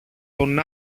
τον